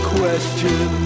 question